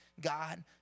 God